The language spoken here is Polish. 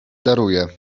daruję